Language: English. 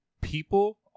people